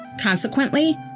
Consequently